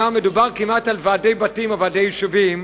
כלומר, מדובר כמעט על ועדי בתים או ועדי יישובים.